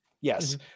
Yes